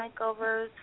makeovers